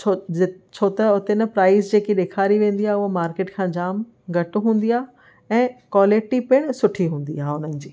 छो छो त हुते न प्राइज जेकी ॾेखारी वेंदी आहे उहा मार्किट खां जाम घटि हूंदी आहे ऐं क्वालिटी पई सुठी हूंदी आहे हुननि जी